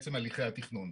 עצם הליכי התכנון.